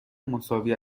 مساوی